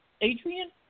Adrian